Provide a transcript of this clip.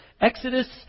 exodus